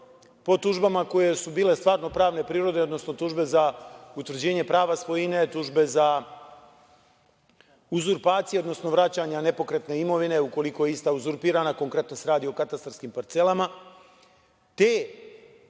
po tužbama koje su bile stvarno pravne prirode, odnosno tužbe za utvrđivanje prava svojine, tužbe za uzurpacije, odnosno vraćanja nepokretne imovine ukoliko je ista uzurpirana, konkretno se radi o katastarskim parcelama. Te